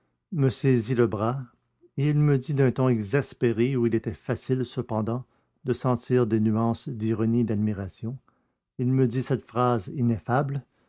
me saisit le bras et il me dit d'un ton exaspéré où il était facile cependant de sentir des nuances d'ironie et d'admiration il me dit cette phrase ineffable